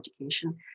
education